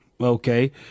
Okay